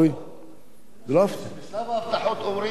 ממשק מקצועי, בשלב ההבטחות אומרים "אינשאללה".